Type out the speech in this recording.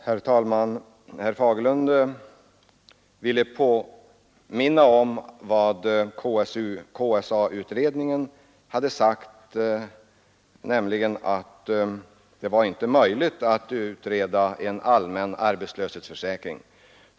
Herr talman! Herr Fagerlund ville påminna om vad KSA-utredningen sagt, nämligen att det inte var möjligt att utreda en allmän arbetslöshetsförsäkring.